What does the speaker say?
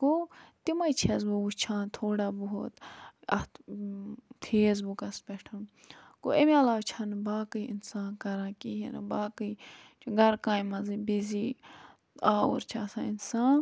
گوٚو تِمَے چھَس بہٕ وٕچھان تھوڑا بہت اَتھ فیس بُکَس پٮ۪ٹھ گوٚو اَمہِ عَلاوٕ چھَن باقٕے اِنسان کَران کِہیٖنۍ باقٕے گَرٕ کامہِ مَنٛزٕے بِزی آوُر چھِ آسان اِنسان